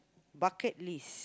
bucket list